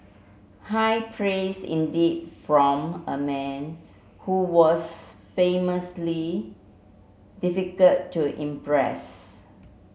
high praise indeed from a man who was famously difficult to impress